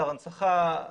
אתר הנצחה,